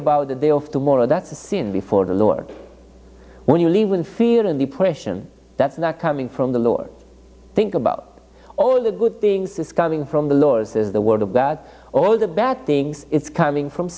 about the day of tomorrow that's a sin before the lord when you live in fear and depression that's not coming from the lord think about all the good things is coming from the lord says the word of god all the bad things it's coming from